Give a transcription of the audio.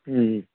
మ్మ్